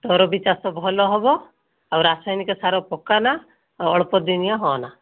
ତୋର ବି ଚାଷ ଭଲ ହେବ ଆଉ ରାସାୟନିକ ସାର ପକାନା ଆଉ ଅଳ୍ପ ଦିନିଆ ହୁଅନା